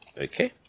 Okay